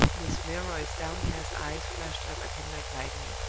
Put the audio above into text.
miss milroy's downcast eyes flashed up at him like lightning.